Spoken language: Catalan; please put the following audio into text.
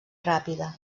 ràpida